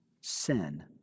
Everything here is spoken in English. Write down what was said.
sin